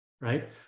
right